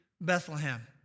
Bethlehem